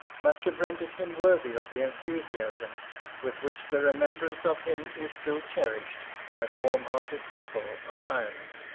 must have rendered him worthy of the enthusiasm with which the remembrance of him is still cherished by the warm-hearted people of ireland.